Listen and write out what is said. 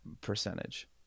percentage